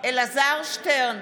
אלעזר שטרן,